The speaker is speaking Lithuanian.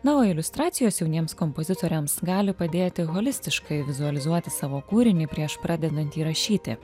na o iliustracijos jauniems kompozitoriams gali padėti holistiškai vizualizuoti savo kūrinį prieš pradedant jį rašyti